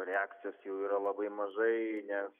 reakcijos jų yra labai mažai nes